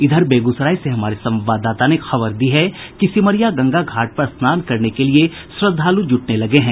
इधर बेगूसराय से हमारे संवाददाता ने खबर दी है कि सिमरिया गंगा घाट पर स्नान करने के लिए श्रद्धालु जूटने लगे हैं